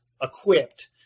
equipped